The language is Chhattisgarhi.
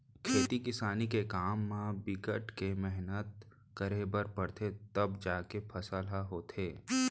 खेती किसानी के काम म बिकट के मेहनत करे बर परथे तव जाके फसल ह होथे